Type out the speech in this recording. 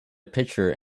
picture